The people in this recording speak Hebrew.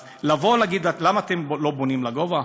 אז לבוא ולהגיד: למה אתם לא בונים לגובה?